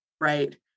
right